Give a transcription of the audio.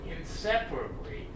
inseparably